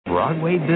Broadway